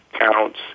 counts